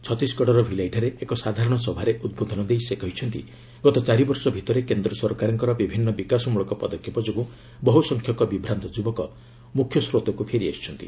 ଛତିଶଗଡର ଭିଲାଇଠାରେ ଏକ ସାଧାରଣ ସଭାରେ ଉଦ୍ବୋଧନ ଦେଇ ସେ କହିଛନ୍ତି ଗତ ଚାରିବର୍ଷ ଭିତରେ କେନ୍ଦ୍ର ସରକାରଙ୍କର ବିଭିନ୍ନ ବିକାଶମୂଳକ ପଦକ୍ଷେପ ଯୋଗୁଁ ବହୁ ସଂଖ୍ୟକ ବିଭ୍ରାନ୍ତ ଯୁବକ ମୁଖ୍ୟସ୍ରୋତକୁ ଫେରି ଆସୁଛନ୍ତି